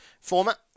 format